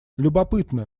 любопытно